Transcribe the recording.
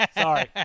Sorry